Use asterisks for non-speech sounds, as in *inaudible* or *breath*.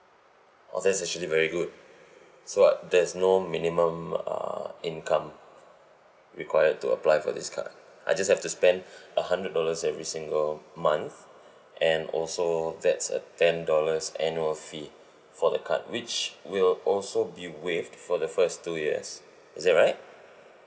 oh that's actually very good so like there's no minimum uh income required to apply for this card I just have to spend *breath* a hundred dollars every single month *breath* and also that's a ten dollars annual fee *breath* for the card which will also be waived for the first two years is that right